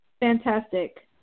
Fantastic